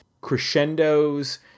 crescendos